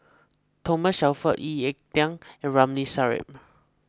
Thomas Shelford Lee Ek Tieng and Ramli Sarip